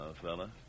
fella